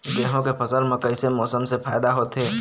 गेहूं के फसल म कइसे मौसम से फायदा होथे?